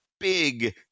Big